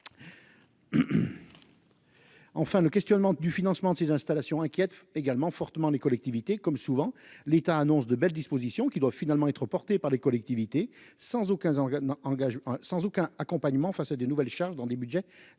Enfin, le questionnement du financement de ces installations, inquiète également fortement les collectivités comme souvent l'État annonce de belles dispositions qui doivent finalement être portés par les collectivités, sans aucun Zenga engage sans aucun accompagnement face à de nouvelles charges dans des Budgets déjà